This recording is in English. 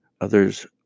others